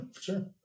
sure